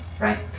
Right